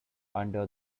under